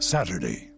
Saturday